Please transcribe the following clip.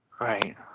Right